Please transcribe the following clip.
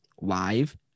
live